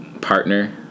partner